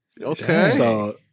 Okay